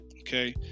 Okay